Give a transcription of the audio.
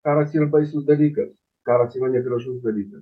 karas ir baisus dalykas karas yra negražus dalykas